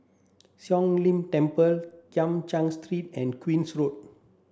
Siong Lim Temple Kim Cheng Street and Queen's Road